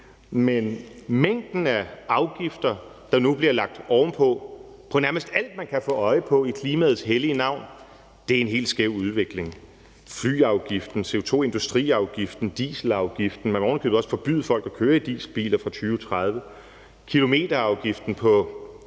Men mængden af afgifter, der nu bliver lagt oven på nærmest alt, hvad man kan få øje på, i klimaets hellige navn, er en helt skæv udvikling. Der er flyafgiften, CO2-industriafgiften og dieselafgiften – og man vil ovenikøbet også forbyde folk at køre i dieselbiler fra 2030 – kilometerafgiften på